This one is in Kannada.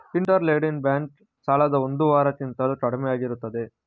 ಇಂಟರ್ ಲೆಂಡಿಂಗ್ ಬ್ಯಾಂಕ್ ಸಾಲದ ಒಂದು ವಾರ ಕಿಂತಲೂ ಕಡಿಮೆಯಾಗಿರುತ್ತದೆ